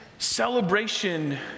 Celebration